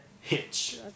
Hitch